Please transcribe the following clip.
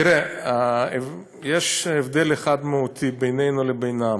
תראה, יש הבדל אחד מהותי בינינו לבינם,